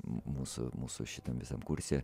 mūsų mūsų šitam visam kurse